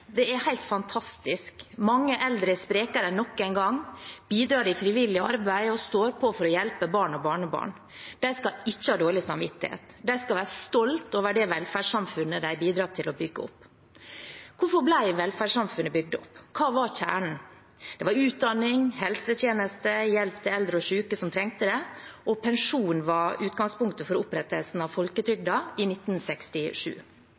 Det er helt fantastisk! Mange eldre er sprekere enn noen gang, bidrar i frivillig arbeid og står på for å hjelpe barn og barnebarn. De skal ikke ha dårlig samvittighet. De skal være stolt over det velferdssamfunnet de har bidratt til å bygge opp. Hvorfor ble velferdssamfunnet bygd opp? Hva var kjernen? Det var utdanning, helsetjenester, hjelp til eldre og syke som trengte det, og pensjon var utgangspunktet for opprettelsen av